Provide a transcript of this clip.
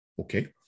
Okay